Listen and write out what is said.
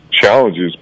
challenges